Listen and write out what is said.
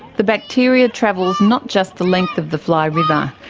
the bacteria travels not just the length of the fly river.